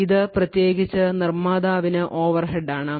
ഇത് പ്രത്യേകിച്ച് നിർമ്മാതാവിന് ഓവർഹെഡ് ആണ്